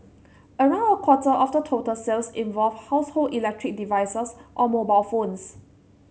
around a quarter of the total sales involved household electric devices or mobile phones